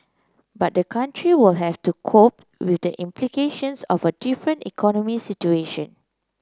but the country will have to cope with the implications of a different economic situation